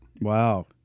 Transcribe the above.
Wow